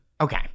Okay